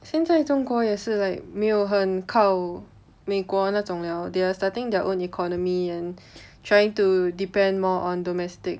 现在中国也是 like 没有很靠美国那种了 they are starting their own economy and trying to depend more on domestic